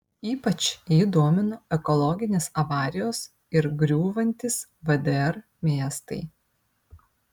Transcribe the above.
ypač jį domino ekologinės avarijos ir griūvantys vdr miestai